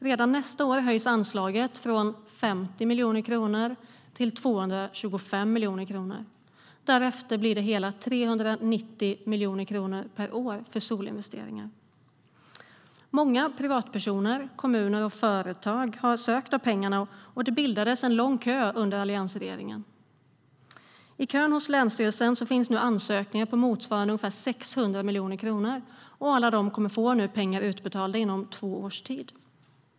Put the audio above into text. Redan nästa år höjs anslaget från 50 miljoner kronor till 225 miljoner kronor, och därefter blir det hela 390 miljoner kronor per år för solinvesteringar. Många privatpersoner, kommuner och företag har ansökt om medel från de pengarna, och det bildades en lång kö under alliansregeringens tid. I kön hos länsstyrelserna finns nu ansökningar på motsvarande ungefär 600 miljoner kronor. Alla de kommer nu att få pengar utbetalda inom två år.